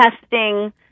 testing